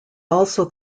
also